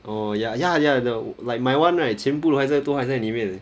oh ya ya ya the like my [one] right 全部还在都还在里面的